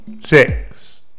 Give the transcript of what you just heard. Six